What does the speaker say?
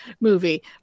movie